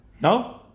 No